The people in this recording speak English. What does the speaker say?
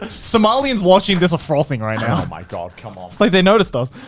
somalians watching this are frothing right now. oh my god. come on. it's like they noticed us.